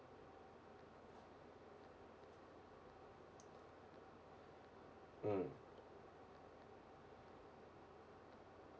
mm